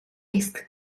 ist